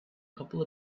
couple